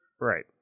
Right